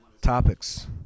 topics